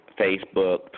Facebook